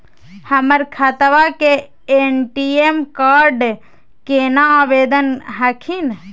हमर खतवा के ए.टी.एम कार्ड केना आवेदन हखिन?